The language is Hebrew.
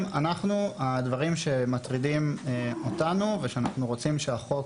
הדברים שמטרידים אותנו ואנחנו רוצים שהחוק